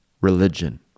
religion